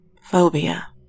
Phobia